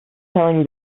telling